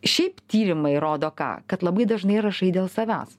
šiaip tyrimai rodo ką kad labai dažnai rašai dėl savęs